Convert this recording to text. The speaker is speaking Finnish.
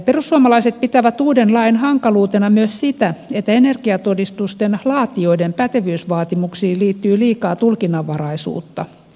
perussuomalaiset pitävät uuden lain hankaluutena myös sitä että energiatodistusten laatijoiden pätevyysvaatimuksiin liittyy liikaa tulkinnanvaraisuutta